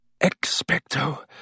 Expecto